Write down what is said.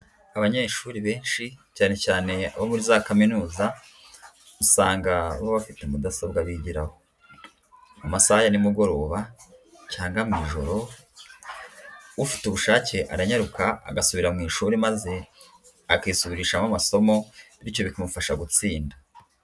Abanyeshuri benshi cyane cyane abo muri za kaminuza usanga baba bafite mudasobwa bigiraho. Mu masaha ya nimugoroba cyangwa mu ijoro ufite ubushake aranyaruka agasubira mu ishuri maze akisubirishamo amasomo bityo bikamufasha gutsinda.